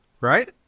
right